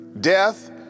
Death